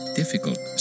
difficult